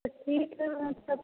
तो ठीक है सब